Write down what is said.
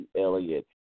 Elliott